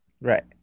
Right